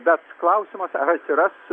bet klausimas ar atsiras